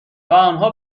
آنها